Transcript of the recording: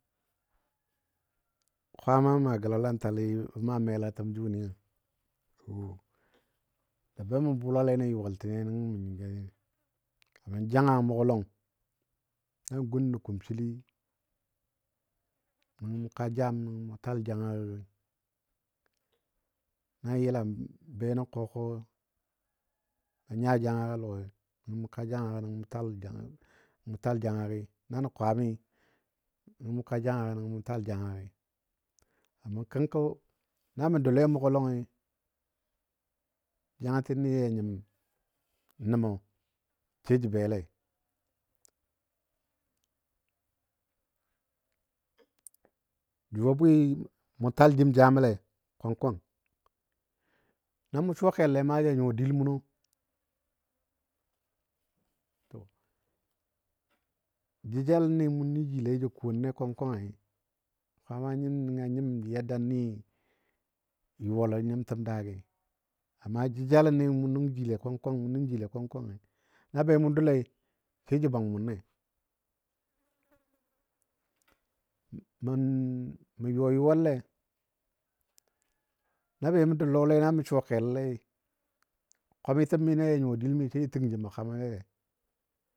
Kwama mə a gəla lantali ba ma mela təm jʊni wo bamə bʊʊla le nən yuwal. təni nəngɔ mən wʊni janga mʊgɔ lɔng nan gun nən kumsili nəngɔ mu ka jam nəngɔ mu tal janga gi nan yəla be nə kɔkɔ banya janga. go a lɔi nəngɔ mu ka jangago nəngɔ mu tal janga gi, na nən kwami nəngɔ mu ka jangagɔ nəngɔ mu tal jangagi. Kənkɔ na mə doule a mʊgɔ lɔngi, jangatini a nyim nəmə sai jə bele. Jʊwa bwi mu tal jim jaməle kwan kwan namu suwa kellei ma ja nyuwa dil muno. To jə jalənni mu nəji lai jə konle kwang kwangi, kwaama nyim nənga nyim yadda ni yʊwalo nyimtəm daagi amma jəjalənni mu nʊng jele kwang kwang mu nəjile kwang kwangi amma na be mu doule sai jə bwang munle. Mə yuwa yuwal le na be mə dou lɔ lei na mə suwa kelole kwamitin məndi na ja nyuwa dil mi sai ja təl ja ma kamigɔle.